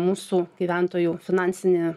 mūsų gyventojų finansinį